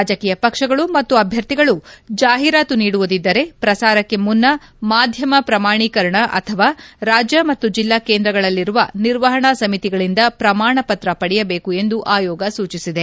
ರಾಜಕೀಯ ಪಕ್ಷಗಳು ಮತ್ತು ಅಭ್ಲರ್ಥಿಗಳು ಜಾಹೀರಾತು ನೀಡುವುದಿದ್ದರೆ ಪ್ರಸಾರಕ್ಕೆ ಮುನ್ನ ಮಾಧ್ಯಮ ಪ್ರಮಾಣೀಕರಣ ಅಥವಾ ರಾಜ್ಯ ಮತ್ತು ಜಿಲ್ಲಾ ಕೇಂದ್ರಗಳಲ್ಲಿರುವ ನಿರ್ವಹಣಾ ಸಮಿತಿಗಳಿಂದ ಪ್ರಮಾಣ ಪತ್ರ ಪಡೆಯಬೇಕು ಎಂದು ಆಯೋಗ ಸೂಚಿಸಿದೆ